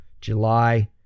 July